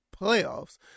playoffs